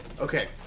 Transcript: Okay